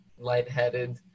lightheaded